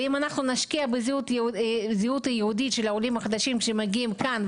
ואם אנחנו נשקיע בזהות יהודית של עולים חדשים שמגיעים לכאן,